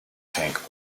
tank